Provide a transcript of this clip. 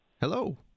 Hello